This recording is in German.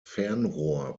fernrohr